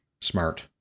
Smart